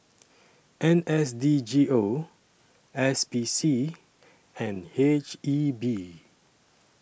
N S D G O S P C and H E B